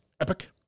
epic